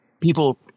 People